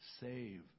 save